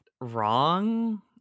wrong